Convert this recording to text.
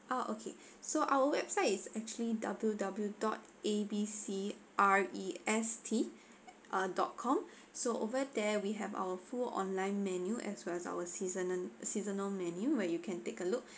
uh okay so our website is actually W W W dot A B C R E S T uh dot com so over there we have our full online menu as well as our seasonon seasonal menu where you can take a look